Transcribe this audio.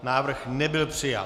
Návrh nebyl přijat.